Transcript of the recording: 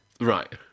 Right